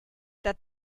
that